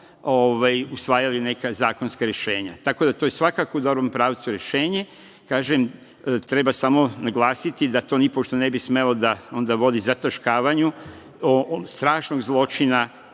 usvajali neka zakonska rešenja. Tako da je to svakako u dobrom pravcu rešenje, treba samo naglasiti da to nipošto ne bi smelo da vodi zataškavanju strašnog zločina